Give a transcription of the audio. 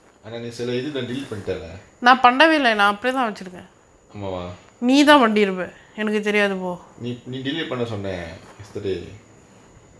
ஆனா நீ சில இதுலா:aanaa nee sila ithula delete பண்டலே ஆமாவா நீ நீ:pantalae aamaavaa nee nee delete பண்ண சொன்ன:panna sonna yesterday